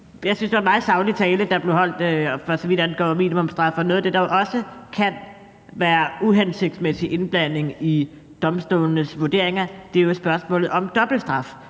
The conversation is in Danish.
Jeg synes, det var en meget saglig tale, der blev holdt, for så vidt angår minimumsstraffe. Noget af det, der også kan være uhensigtsmæssig indblanding i domstolenes vurderinger, er jo spørgsmålet om dobbeltstraf,